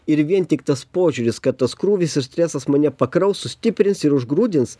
ir vien tik tas požiūris kad tas krūvis ir stresas mane pakraus sustiprins ir užgrūdins